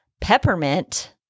peppermint